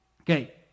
Okay